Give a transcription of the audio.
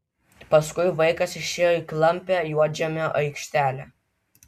paskui vaikas išėjo į klampią juodžemio aikštelę